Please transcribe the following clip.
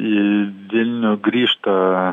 į vilnių grįžta